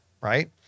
Right